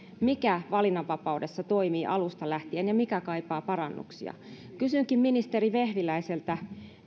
mikä valinnanvapaudessa toimii alusta lähtien ja mikä kaipaa parannuksia kysynkin ministeri vehviläiseltä